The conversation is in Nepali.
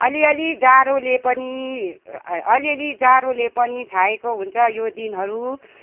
अलिअलि जाडोले पनि अलिअलि जाडोले पनि छाएको हुन्छ यो दिनहरू